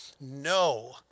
no